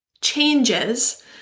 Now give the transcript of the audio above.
changes